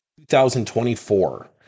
2024